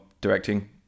directing